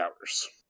hours